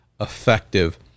effective